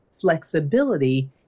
flexibility